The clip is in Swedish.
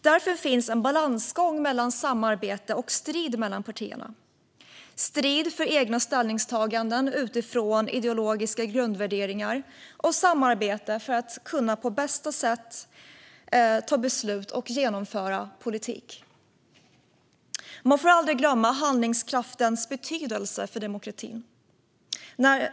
Därför finns en balansgång mellan samarbete och strid mellan partierna, strid för egna ställningstaganden utifrån ideologiska grundvärderingar och samarbete för att på bästa sätt kunna fatta beslut och genomföra politik. Man får aldrig glömma handlingskraftens betydelse för demokratin.